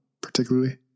particularly